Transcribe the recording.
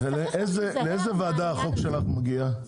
לאיזה ועדה החוק שלך מגיע?